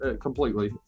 completely